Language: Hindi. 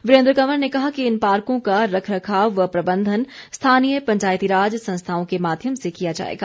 वीरेन्द्र कंवर ने कहा कि इन पार्को का रखरखाव व प्रबंधन स्थानीय पंचायतीराज संस्थाओं के माध्यम से किया जाएगा